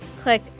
click